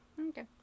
Okay